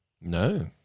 No